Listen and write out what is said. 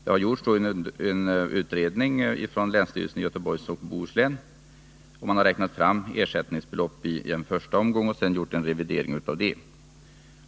Det har gjorts en utredning av länsstyrelsen i Göteborgs och Bohus län. I en första omgång räknade man fram ersättningsbeloppen, och sedan gjordes en revidering.